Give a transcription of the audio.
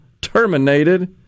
terminated